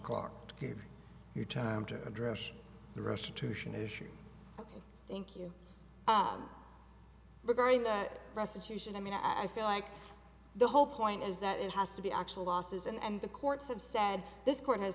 to give you time to address the restitution issue thank you but during that restitution i mean i feel like the whole point is that it has to be actual losses and the courts have said this court has